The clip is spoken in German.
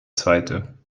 zweite